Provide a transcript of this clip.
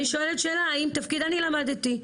אני למדתי,